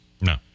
No